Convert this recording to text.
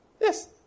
Yes